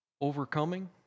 Overcoming